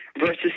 versus